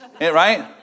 Right